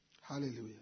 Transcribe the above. Hallelujah